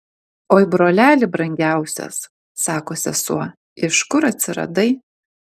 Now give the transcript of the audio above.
oi broleli brangiausias sako sesuo iš kur atsiradai